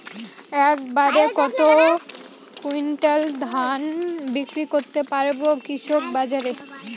এক বাড়ে কত কুইন্টাল ধান বিক্রি করতে পারবো কৃষক বাজারে?